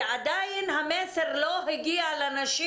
ועדיין המסר לא הגיע לנשים,